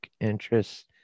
interests